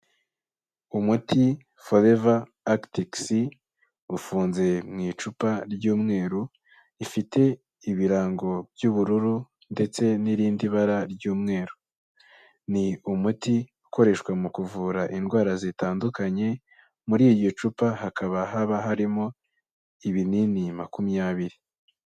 Umuti forever actic sea, ufunze mu icupa ry'umweru, rifite ibirango by'ubururu ndetse n'irindi bara ry'umweru. Ni umuti ukoreshwa mu kuvura indwara zitandukanye, muri iryo cupa hakaba haba harimo ibinini makumyabiri.